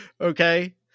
Okay